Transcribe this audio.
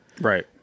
right